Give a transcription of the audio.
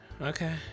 okay